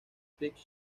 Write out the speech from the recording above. prix